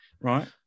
Right